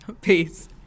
peace